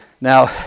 Now